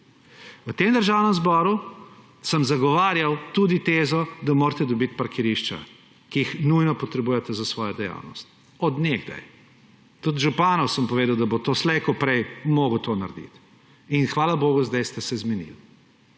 V tem državnem zboru sem zagovarjal tudi tezo, da morate dobiti parkirišča, ki jih nujno potrebujete za svojo dejavnost, od nekdaj. Tudi županu sem povedal, da bo to slejkoprej moral to narediti; in hvala bogu sedaj ste se zmenili